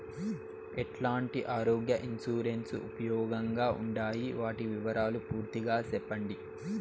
ఎట్లాంటి ఆరోగ్య ఇన్సూరెన్సు ఉపయోగం గా ఉండాయి వాటి వివరాలు పూర్తిగా సెప్పండి?